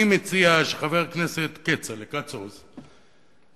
אני מציע שחבר הכנסת כצל'ה ואדוני,